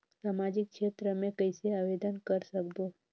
समाजिक क्षेत्र मे कइसे आवेदन कर सकबो?